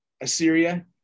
Assyria